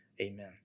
Amen